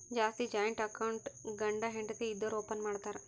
ಜಾಸ್ತಿ joint account ಗಂಡ ಹೆಂಡತಿ ಇದ್ದೋರು ಓಪನ್ ಮಾಡ್ತಾರ್